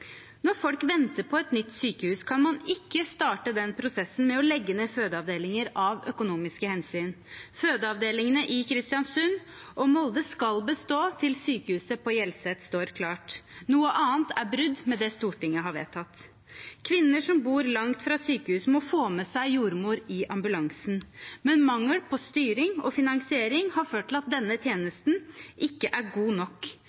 Når folk venter på et nytt sykehus, kan man ikke starte den prosessen med å legge ned fødeavdelinger av økonomiske hensyn. Fødeavdelingene i Kristiansund og Molde skal bestå til sykehuset på Hjelset står klart. Noe annet er brudd med det Stortinget har vedtatt. Kvinner som bor langt fra sykehuset, må få med seg jordmor i ambulansen. Men mangel på styring og finansiering har ført til at denne tjenesten ikke er god nok.